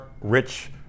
rich